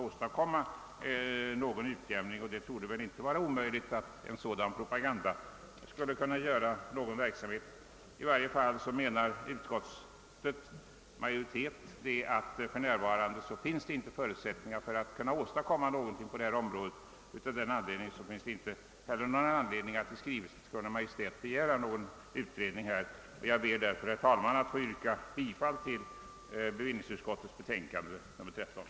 Jag tror att en sådan propaganda skulle göra verkan, och un der alla förhållanden anser vi inom utskottsmajoriteten att det för närvarande inte finns förutsättningar för att genomföra motionärernas förslag. Av den anledningen finner vi inte anledning att förorda en skrivelse till Kungl. Maj:t rörande utredning av frågan, och jag vrkar bifall till utskottets hemställan. i skrivelse till Kungl. Maj:t begära att handikapputredningen finge i uppdrag att undersöka de handikappades skatteproblem;